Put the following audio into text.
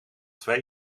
twee